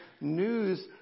news